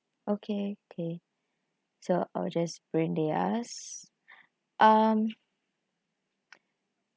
okay okay so I'll just bring theirs um